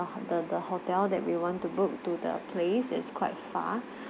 uh the the hotel that we want to book to the place is quite far